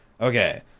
Okay